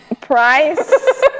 Price